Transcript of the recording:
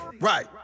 Right